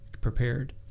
prepared